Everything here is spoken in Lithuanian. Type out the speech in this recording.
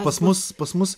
pas mus pas mus